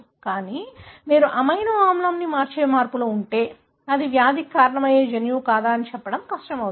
కానీ మీరు అమైనో ఆమ్లాన్ని మార్చే మార్పులు ఉంటే అది వ్యాధికి కారణమయ్యే జన్యువు కాదా అని చెప్పడం చాలా కష్టం అవుతుంది